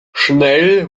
schnell